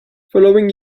following